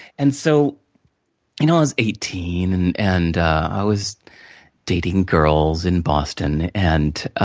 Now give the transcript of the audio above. and, so you know i was eighteen, and and i was dating girls in boston, and